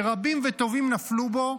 שרבים וטובים נפלו בו,